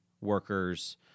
workers